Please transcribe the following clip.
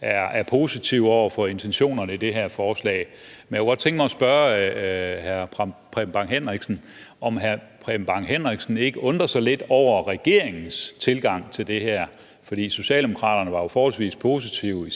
er positiv over for intentionerne i det her forslag. Men jeg kunne godt tænke mig at spørge hr. Preben Bang Henriksen, om han ikke undrer sig lidt over regeringens tilgang til det her. For Socialdemokraterne var jo i sin tid forholdsvis positive,